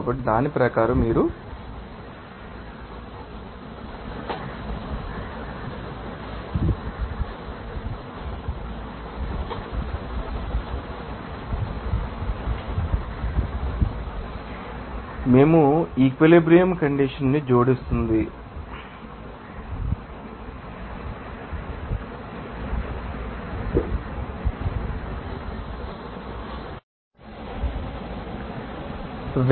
కాబట్టి దాని ప్రకారం మీరు కలిగి ఉంటారు